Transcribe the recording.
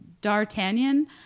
D'Artagnan